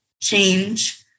change